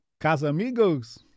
Casamigos